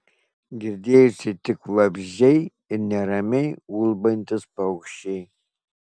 girdėjosi tik vabzdžiai ir neramiai ulbantys paukščiai